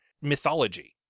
mythology